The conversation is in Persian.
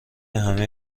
همه